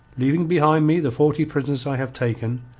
leaving behind me the forty prisoners i have taken,